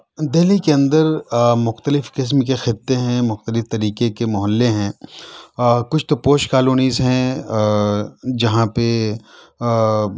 دہلی کے اندر مختلف قسم کے خطے ہیں مختلف طریقے کے محلے ہیں کچھ تو پوش کالونیز ہیں جہاں پہ